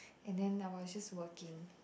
and then I was just working